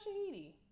Shahidi